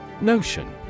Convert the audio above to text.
Notion